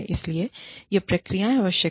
इसीलिए ये प्रक्रियाएँ आवश्यक हैं